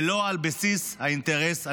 ולא על בסיס האינטרס הלאומי.